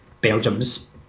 Belgium's